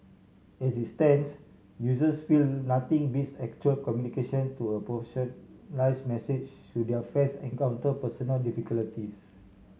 as it stands users feel nothing beats actual communication through a message should their friends encounter personal